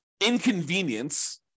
inconvenience